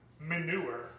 manure